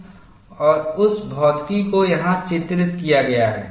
और उस भौतिकी को यहाँ चित्रित किया गया है